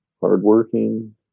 hardworking